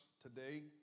today